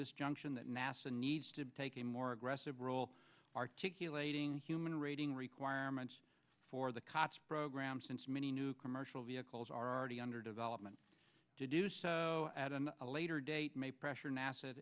this junction that nasa needs to take a more aggressive role articulating human rating requirements for the cops program since many new commercial vehicles are already under development to do so at an a later date pressure nasa